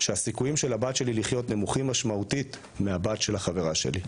שהסיכויים של הבת שלי לחיות נמוכים משמעותית מהבת של החברה שלי,